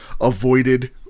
avoided